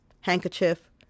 handkerchief